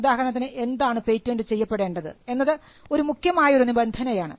ഉദാഹരണത്തിന് എന്താണ് പേറ്റന്റ് ചെയ്യപ്പെടേണ്ടത് എന്നത് ഒരു മുഖ്യമായ നിബന്ധനയാണ്